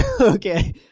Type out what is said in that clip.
okay